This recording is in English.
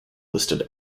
listed